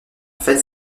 fait